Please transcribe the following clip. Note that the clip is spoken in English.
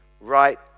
right